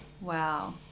wow